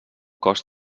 cos